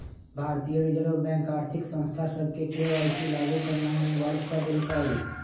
भारतीय reserve bank आर्थिक संस्था सभके के.वाई.सी लागु करनाइ अनिवार्ज क देलकइ